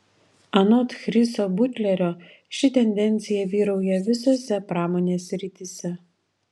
anot chriso butlerio ši tendencija vyrauja visose pramonės srityse